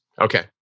Okay